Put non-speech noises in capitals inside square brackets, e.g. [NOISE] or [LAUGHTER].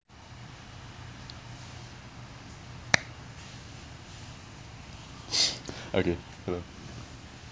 [NOISE] okay hello